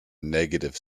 negative